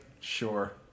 Sure